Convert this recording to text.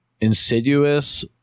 Insidious